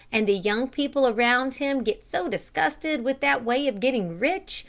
and the young people around him get so disgusted with that way of getting rich,